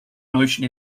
notion